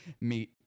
Meet